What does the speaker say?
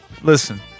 listen